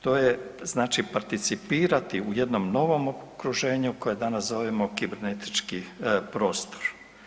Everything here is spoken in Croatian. To je znači, participirati u jednom novom okruženju koje danas zovemo kibernetički prostor.